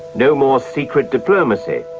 no more secret diplomacy,